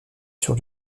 sur